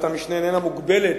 ועדת המשנה איננה מוגבלת